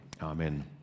Amen